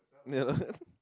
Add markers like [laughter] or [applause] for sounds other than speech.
ya lah [laughs]